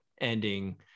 ending